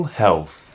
health